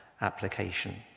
application